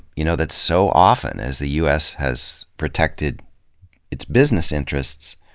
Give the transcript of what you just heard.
you know that so often as the u s. has protected its business interests,